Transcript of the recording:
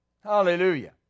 Hallelujah